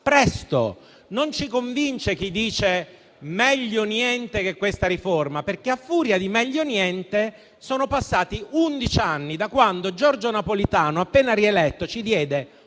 presto. Non ci convince chi dice meglio niente che questa riforma perché, a furia di meglio niente, sono passati undici anni da quando Giorgio Napolitano, appena rieletto, ci diede uno